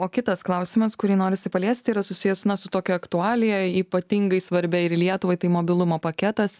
o kitas klausimas kurį norisi paliesti yra susijęs su tokia aktualija ypatingai svarbia ir lietuvai tai mobilumo paketas